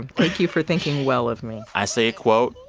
thank you for thinking well of me i say a quote.